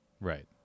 Right